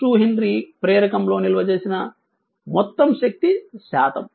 2 henry ప్రేరకంలో నిల్వ చేసిన మొత్తం శక్తి శాతం